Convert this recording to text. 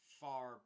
far